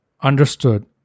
understood